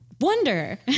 Wonder